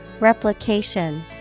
Replication